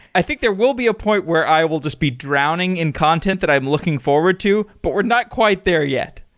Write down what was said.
i think there will be a point where i will just be drowning in content that i'm looking forward to, but we're not quite there yet.